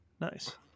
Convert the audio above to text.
nice